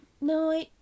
No